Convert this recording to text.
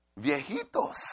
viejitos